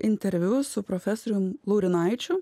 interviu su profesorium laurinaičiu